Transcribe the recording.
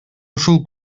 ушул